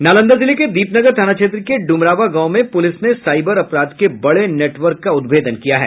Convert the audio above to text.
नालंदा जिले के दीपनगर थाना क्षेत्र के ड्मरावां गांव में पुलिस ने साईबर अपराध के बड़े नेटवर्क का उद्भेदन किया है